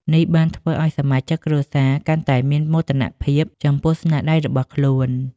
នេះបានធ្វើឱ្យសមាជិកគ្រួសារកាន់តែមានមោទនភាពចំពោះស្នាដៃរបស់ខ្លួន។